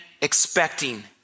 expecting